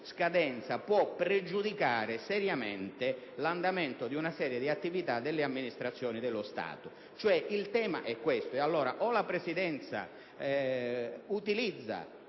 scadenza può pregiudicare seriamente l'andamento di una serie di attività delle amministrazioni dello Stato. Il tema è questo. Allora, o la Presidenza utilizza